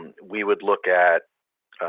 we would look at,